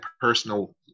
personal